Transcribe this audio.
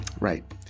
Right